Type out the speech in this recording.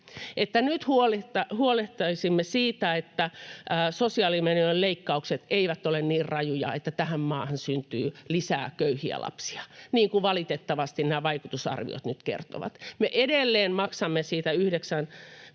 nyt huolehtisimme siitä, että sosiaalimenojen leikkaukset eivät ole niin rajuja, että tähän maahan syntyy lisää köyhiä lapsia, niin kuin valitettavasti nämä vaikutusarviot nyt kertovat. Me edelleen maksamme niistä 90-luvun